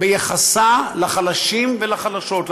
ביחסה לחלשים ולחלשות,